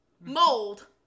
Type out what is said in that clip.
mold